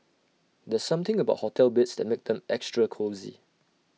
there's something about hotel beds that makes them extra cosy